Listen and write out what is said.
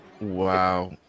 Wow